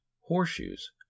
horseshoes